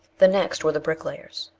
the next were the bricklayers.